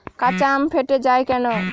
কাঁচা আম ফেটে য়ায় কেন?